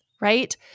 right